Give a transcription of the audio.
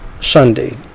Sunday